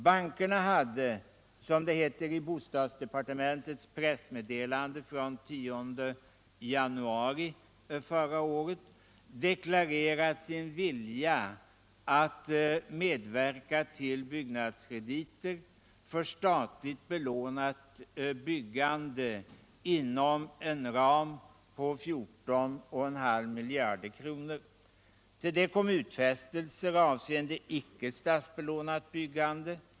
Bankerna hade, som det heter i bostadsdepartementets pressmeddelande från 10 januari förra året, ”deklarerat sin vilja att medverka till byggnadskrediter” för statligt belånat byggande inom en ram av 14,5 miljarder kronor. Till det kom utfästelser avseende icke statsbelånat byggande.